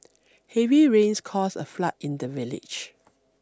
heavy rains caused a flood in the village